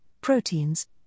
proteins